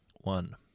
One